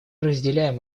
разделяем